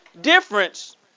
difference